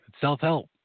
self-help